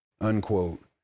unquote